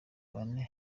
bane